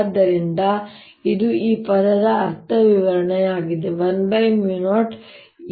ಆದ್ದರಿಂದ ಇದು ಈ ಪದದ ಅರ್ಥವಿವರಣೆಯಾಗಿದೆ 10EB